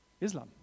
Islam